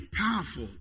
powerful